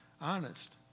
honest